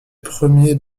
premiers